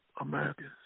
Americans